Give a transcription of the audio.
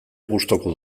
gustuko